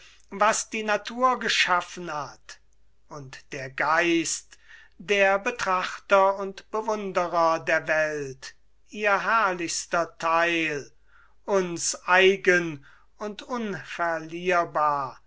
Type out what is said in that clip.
was die natur geschaffen hat und der geist der betrachter und bewunderer der welt ihr herrlichster theil uns eigen und unverlierbar